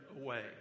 away